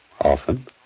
Often